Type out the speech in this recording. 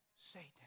Satan